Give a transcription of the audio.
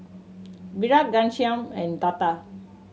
Virat Ghanshyam and Tata